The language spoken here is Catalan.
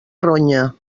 ronya